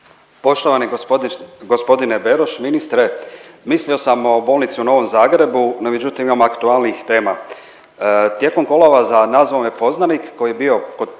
Poštovani g. Beroš, ministre, mislio sam o Bolnici u Novom Zagrebu, no međutim imamo aktualnijih tema. Tijekom kolovoza nazvao me poznanik koji je bio